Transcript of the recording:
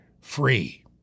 free